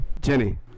Jenny